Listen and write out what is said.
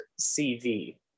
CV